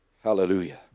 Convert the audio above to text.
Hallelujah